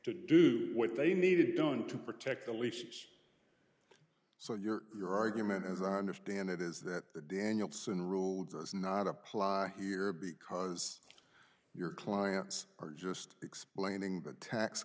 to do what they needed done to protect the leases so your your argument as i understand it is that the danielson rule does not apply here because your clients are just explaining the tax